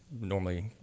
normally